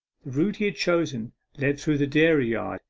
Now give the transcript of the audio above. the route he had chosen led through the dairy-yard,